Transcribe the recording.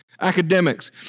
Academics